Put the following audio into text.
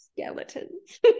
skeletons